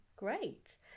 Great